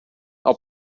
will